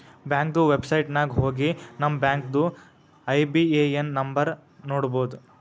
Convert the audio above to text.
ಬ್ಯಾಂಕ್ದು ವೆಬ್ಸೈಟ್ ನಾಗ್ ಹೋಗಿ ನಮ್ ಬ್ಯಾಂಕ್ದು ಐ.ಬಿ.ಎ.ಎನ್ ನಂಬರ್ ನೋಡ್ಬೋದ್